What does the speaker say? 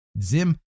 Zim